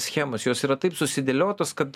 schemos jos yra taip susidėliotos kad